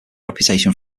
reputation